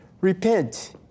Repent